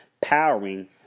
powering